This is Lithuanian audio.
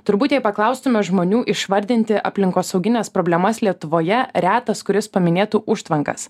turbūt jei paklaustume žmonių išvardinti aplinkosaugines problemas lietuvoje retas kuris paminėtų užtvankas